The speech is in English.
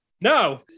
No